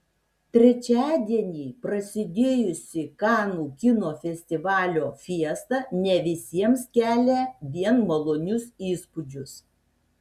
trečiadienį prasidėjusi kanų kino festivalio fiesta ne visiems kelia vien malonius įspūdžius